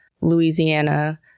Louisiana